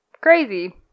crazy